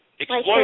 exploit